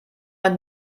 ein